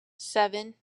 seven